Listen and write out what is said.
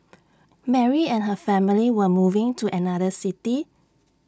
Mary and her family were moving to another city